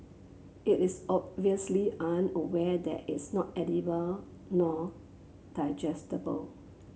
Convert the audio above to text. it is obviously unaware that it's not edible nor digestible